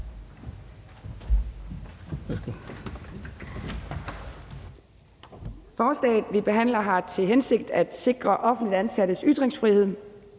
Forslaget, vi behandler, har til hensigt at sikre offentligt ansattes ytringsfrihed,